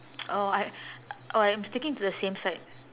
oh I oh I'm sticking to the same side